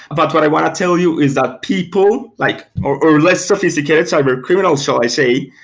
but what i want to tell you is that people, like or or less sophisticated cyber criminals shall i say,